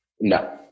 No